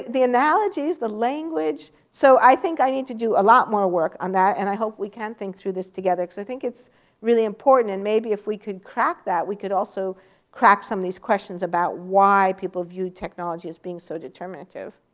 the analogies, the language so i think i need to do a lot more work on that. and i hope we can think through this together because i think it's really important. and maybe if we could crack that, we could also crack some of these questions about why people view technology as being so determinative.